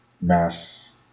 mass